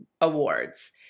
awards